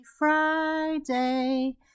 Friday